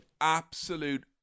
Absolute